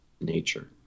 nature